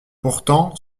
pourtant